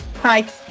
Hi